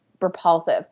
repulsive